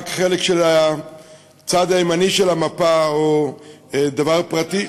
חלק של הצד הימני של המפה או דבר פרטי,